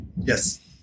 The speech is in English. Yes